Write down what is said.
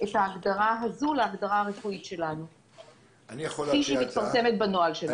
את ההגדרה הזו להגדרה הרפואית כפי שהיא מתפרסמת בנוהל שלנו.